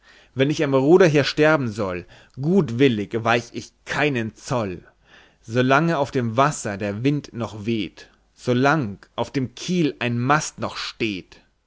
wenn ich am ruder hier sterben soll gutwillig weich ich keinen zoll solang auf dem wasser der wind noch weht solang auf dem kiel ein mast noch steht